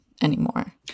Anymore